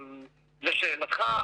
לשאלתך,